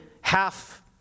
half